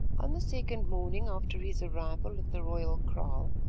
on the second morning after his arrival at the royal kraal,